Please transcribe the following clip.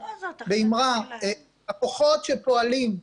הכוחות שפועלים,